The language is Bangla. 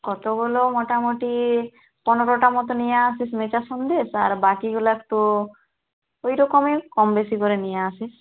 কতগুলো মোটামোটি পনেরোটা মত নিয়ে আসিস মেচা সন্দেশ আর বাকিগুলার তো ওইরকমই কম বেশি করে নিয়ে আসিস